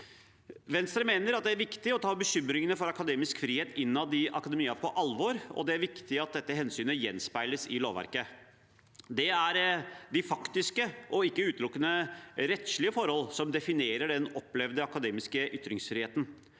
Venstre mener det er viktig å ta bekymringene for akademisk frihet innad i akademia på alvor, og det er viktig at dette hensynet gjenspeiles i lovverket. Det er de faktiske og ikke utelukkende rettslige forhold som definerer den opplevde akademiske ytringsfriheten.